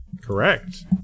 Correct